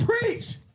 preach